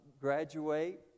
graduate